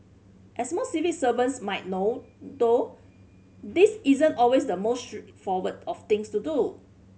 as most civil servants might know though this isn't always the most straightforward of things to do